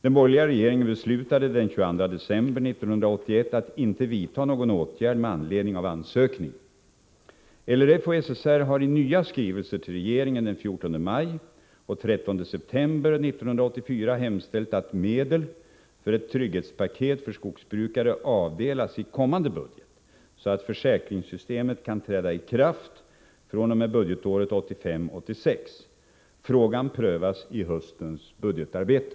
Den borgerliga regeringen beslutade den 22 december 1981 LRF och SSR har i nya skrivelser till regeringen den 14 maj och den 13 september 1984 hemställt att medel för ett trygghetspaket för skogsbrukare avdelas i kommande budget så att försäkringssystemet kan träda i kraft fr.o.m. budgetåret 1985/86. Frågan prövas i höstens budgetarbete.